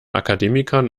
akademikern